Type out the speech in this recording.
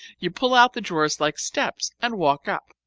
you pull out the drawers like steps and walk up.